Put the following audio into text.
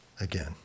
again